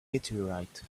meteorite